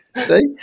See